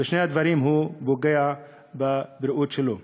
ובשני הדברים הוא פוגע בבריאות שלו.